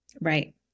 Right